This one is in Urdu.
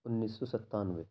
انیس سو ستانوے